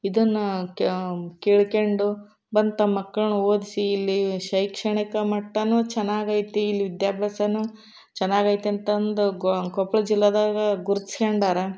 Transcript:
ಇದನ್ನು ಕೀಲೊಂದು ಬಂದು ತಮ್ಮ ಮಕ್ಳನ್ನು ಓದಿಸಿ ಇಲ್ಲಿ ಶೈಕ್ಷಣಿಕ ಮಟ್ಟವೂ ಚೆನ್ನಾಗೈತಿ ಇಲ್ಲಿ ವಿದ್ಯಾಭ್ಯಾಸನೂ ಚೆನ್ನಾಗೈತಿ ಅಂತಂದು ಗೋ ಕೊಪ್ಪಳ ಜಿಲ್ಲೆದಾಗ ಗುರ್ತಸ್ಕೊಂಡಾರ